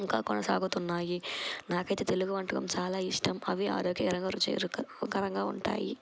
ఇంకా కొనసాగుతున్నాయి నాకైతే తెలుగు వంటకం చాలా ఇష్టం అవి ఆరోగ్యకరంగా రుచికకరంగా ఉంటాయి